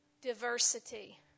diversity